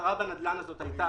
ההכרה בנדל"ן הזה הייתה